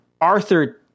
Arthur –